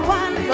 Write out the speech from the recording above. one